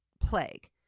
plague